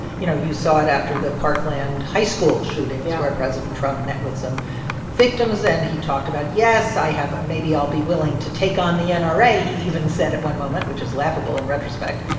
you know, you saw it after the parkland high school shootings. yeah. where president trump met with some victims. and he talked about yes, i have maybe i'll be willing to take on the ah nra, he even said at one moment, which is laughable in retrospect.